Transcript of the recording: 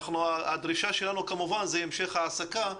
הדרישה שלנו כמובן היא המשך העסקה.